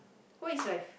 what is life